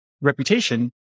reputation